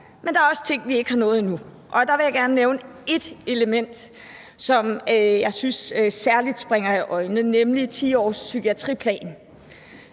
Men der er også ting, vi ikke har nået endnu, og der vil jeg gerne nævne ét element, som jeg synes særlig springer i øjnene, nemlig en 10-årspsykiatriplan.